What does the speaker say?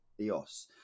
EOS